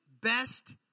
best